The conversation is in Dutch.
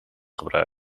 gebruikt